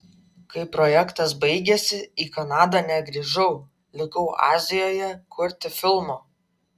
kai projektas baigėsi į kanadą negrįžau likau azijoje kurti filmo